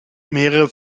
mehrere